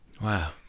Wow